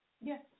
yes